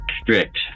strict